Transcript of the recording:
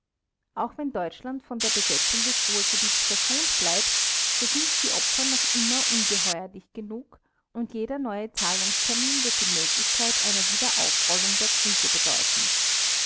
auch wenn deutschland von der besetzung des ruhrgebiets verschont bleibt so sind die opfer noch immer ungeheuerlich genug und jeder neue zahlungstermin wird die möglichkeit einer wiederaufrollung der krise bedeuten